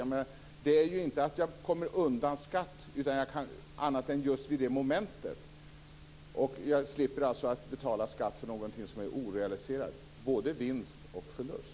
Jag kommer ju inte undan skatt annat än just vid det momentet, och jag slipper alltså att betala skatt för någonting som är orealiserat, både vinst och förlust.